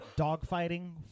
dogfighting